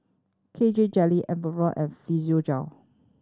K J Jelly Enervon and Physiogel